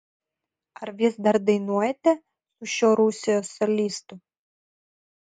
ar vis dar dainuojate su šiuo rusijos solistu